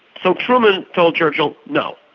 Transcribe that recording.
so truman told churchill, no,